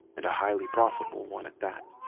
and a highly profitable one at that.